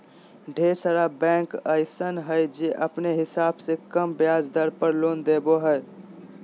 ढेर सारा बैंक अइसन हय जे अपने हिसाब से कम ब्याज दर पर लोन देबो हय